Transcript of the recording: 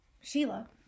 Sheila